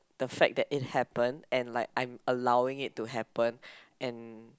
the fact that it happened and like I'm allowing it to happen and